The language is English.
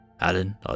Alan